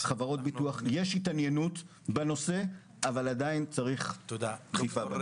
בחברות ביטוח יש התעניינות בנושא אבל עדיין צריך לפעול.